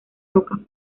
rocas